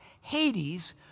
Hades